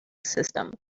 system